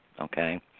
okay